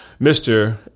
mr